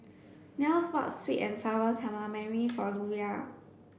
Nels bought sweet and sour calamari for Luella